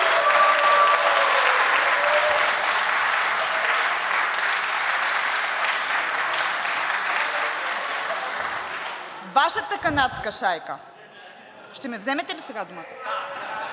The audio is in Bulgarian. Вашата канадска шайка – ще ми вземете ли сега думата?